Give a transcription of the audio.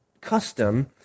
custom